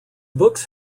books